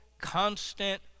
constant